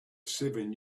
seven